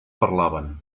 parlaven